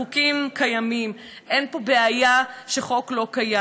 החוקים קיימים, אין פה בעיה שחוק לא קיים.